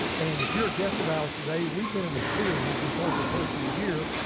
and if you're a guest of ours today, we've been in a series we started the first of the year,